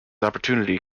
opportunity